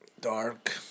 Dark